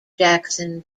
jackson